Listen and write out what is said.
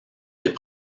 des